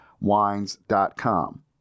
wines.com